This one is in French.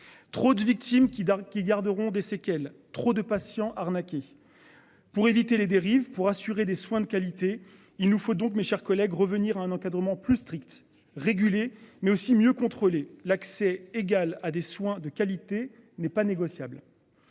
Trop de victimes qui Dark qui garderont des séquelles trop de patients arnaquer. Pour éviter les dérives pour assurer des soins de qualité. Il nous faut donc mes chers collègues, revenir à un encadrement plus strict réguler mais aussi mieux contrôler l'accès égal à des soins de qualité n'est pas négociable.